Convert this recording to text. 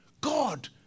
God